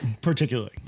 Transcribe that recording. Particularly